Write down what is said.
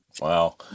Wow